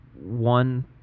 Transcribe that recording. one